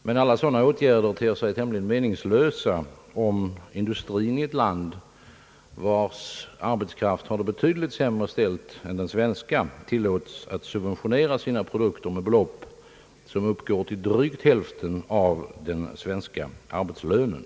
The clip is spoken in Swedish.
Men alla sådana åtgärder ter sig tämligen meningslösa om industrin i ett land, vars arbetskraft har det betydligt sämre ställt än den svenska, tillåts att subventionera sina pPprodukter med belopp som uppgår till drygt hälften av den svenska arbetslönen.